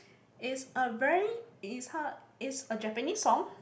is a very is how is a Japanese song